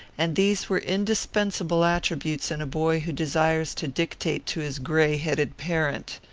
and these were indispensable attributes in a boy who desires to dictate to his gray-headed parent.